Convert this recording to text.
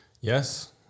Yes